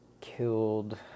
killed